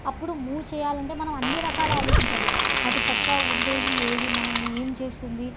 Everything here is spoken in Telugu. అప్పుడు మూవ్ చేయాలంటే మనం అన్ని రకాల ఆలోచించాలి అటు పక్క ఉండేది ఏది మనల్ని ఏం చేస్తుంది